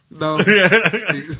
No